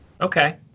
Okay